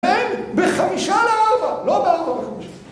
בחמישה לארבע, לא בארבע וחמישה.